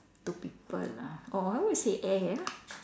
to people ah or I would say air